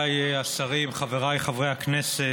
רבותיי השרים, חבריי חברי הכנסת,